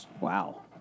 Wow